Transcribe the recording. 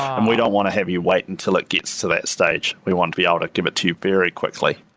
um we don't want to have you wait until it gets to that stage. we want to be able to give it to you very quickly.